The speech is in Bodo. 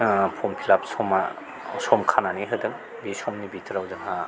फर्म फिलआप समा सम खानानै होदों बै समनि भिथोराव जोंहा